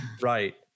Right